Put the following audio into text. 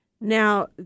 Now